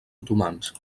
otomans